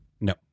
No